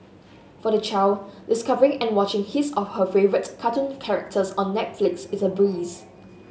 for the child discovering and watching his or her favourite cartoon characters on Netflix is a breeze